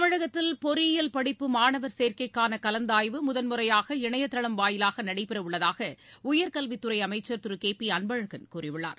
தமிழகத்தில் பொறியியல் படிப்பு மாணவர் சேர்க்கைக்கானகலந்தாய்வு முதன்முறையாக இணையதளம் வாயிலாகநடைபெறவுள்ளதாகஉயர்கல்வித் துறைஅமைச்சர் திருகேபிஅன்பழகன் கூறியுள்ளார்